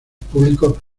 públicos